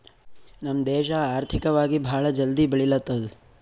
ನಮ್ ದೇಶ ಆರ್ಥಿಕವಾಗಿ ಭಾಳ ಜಲ್ದಿ ಬೆಳಿಲತ್ತದ್